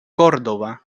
córdoba